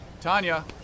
Tanya